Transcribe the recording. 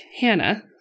Hannah